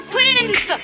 Twins